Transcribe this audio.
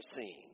seen